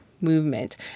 movement